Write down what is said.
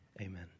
Amen